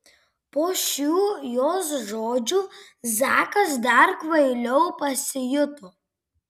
po šių jos žodžių zakas dar kvailiau pasijuto